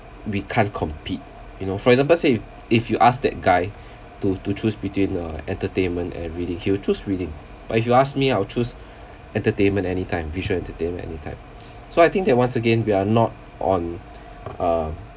we can't compete you know for example say if you ask that guy to to choose between uh entertainment and reading he will choose reading but if you ask me I'll choose entertainment anytime visual entertainment anytime so I think that once again we're not on a